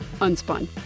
Unspun